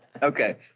Okay